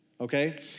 Okay